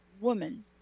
woman